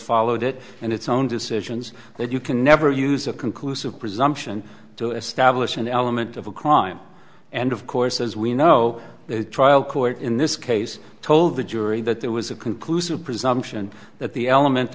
followed it and its own decisions that you can never use a conclusive presumption to establish an element of a crime and of course as we know the trial court in this case told the jury that there was a conclusive presumption that the element